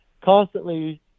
constantly